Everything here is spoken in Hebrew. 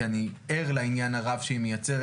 כי אני ער לעניין הרב שהיא מייצרת,